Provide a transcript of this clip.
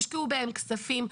הושקעו בהן כספים,